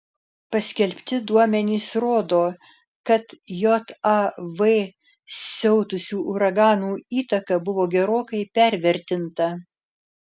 paskelbti duomenys rodo kad jav siautusių uraganų įtaka buvo gerokai pervertinta